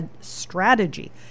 strategy